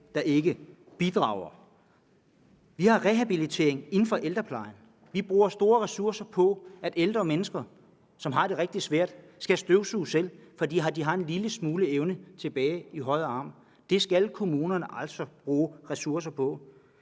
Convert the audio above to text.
der ikke bidrager. Vi har rehabilitering inden for ældreplejen, vi bruger store ressourcer på, at ældre mennesker, som har det rigtig svært, skal støvsuge selv, fordi de har en lille smule evne tilbage i højre arm. Det skal kommunerne altså bruge ressourcer på.